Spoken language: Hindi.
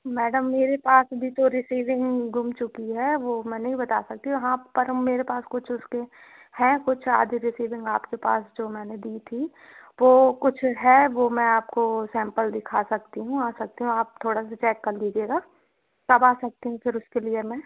मैडम मेरे पास भी तो रिसीविंग गुम चुकि है वो मैं नहीं बता सकती हू हाँ मेरे पास कुछ उसके है कुछ आधी रिसीविंग आपके पास जो मैंने दी थी वो कुछ है वो मैं आपको सैंपल दिखा सकती हूँ आ सकती हूँ आप थोड़ा सा चेक कर लीजिएगा कब आ सकते हैं फिर उसके लिए मैं